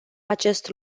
acest